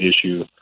issue